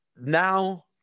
Now